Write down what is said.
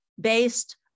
based